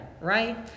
right